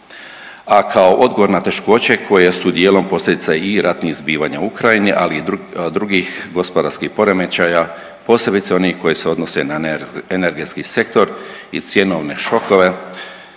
a kao odgovor na teškoće koje su dijelom posljedica i ratnih zbivanja u Ukrajini, ali i drugih gospodarskih poremećaja, posebice onih koji se odnose na energetski sektor i cjenovne šokove